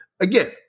Again